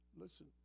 listen